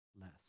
less